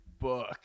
book